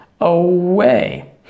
away